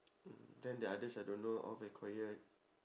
hmm then the others I don't know all very quiet